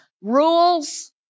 rules